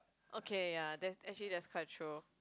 okay ya that actually that's quite true